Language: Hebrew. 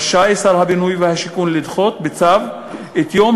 רשאי שר הבינוי והשיכון לדחות בצו את יום